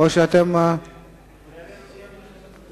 אורי אריאל הודיע את זה מעל הבמה.